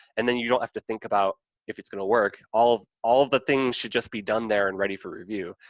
and then you don't have to think about if it's going to work, all all of the things should just be done there and ready for review,